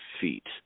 feet